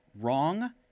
wrong